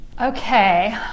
Okay